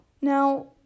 Now